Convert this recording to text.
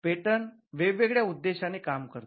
patent वेगवेगळ्या उद्देशाने काम करते